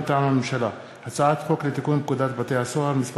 מטעם הממשלה: הצעת חוק לתיקון פקודת בתי-הסוהר (מס'